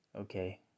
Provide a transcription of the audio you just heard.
Okay